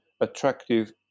attractive